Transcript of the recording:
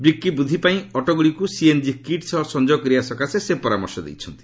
ବିକ୍ରି ବୃଦ୍ଧି ପାଇଁ ଅଟୋଗୁଡ଼ିକୁ ସିଏନ୍କି କିଟ୍ ସହ ସଂଯୋଗ କରିବା ପାଇଁ ସେ ପରାମର୍ଶ ଦେଇଛନ୍ତି